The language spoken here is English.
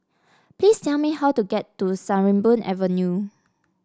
please tell me how to get to Sarimbun Avenue